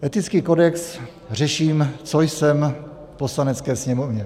Etický kodex řeším, co jsem v Poslanecké sněmovně.